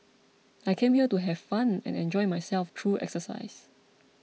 I came here to have fun and enjoy myself through exercise